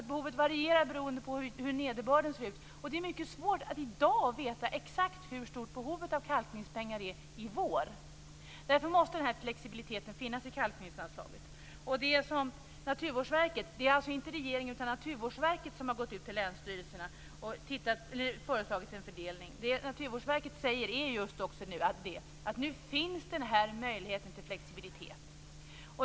Behovet varierar också beroende på hur nederbörden ser ut, och det är mycket svårt att i dag veta exakt hur stort behovet av kalkningspengar är i vår. Därför måste det finnas en flexibilitet i kalkningsanslaget. Det är alltså inte regeringen utan Naturvårdsverket som har gått ut till länsstyrelserna och föreslagit en fördelning. Det Naturvårdsverket nu säger är just också att nu finns den här möjligheten till flexibilitet.